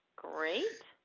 great.